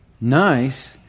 nice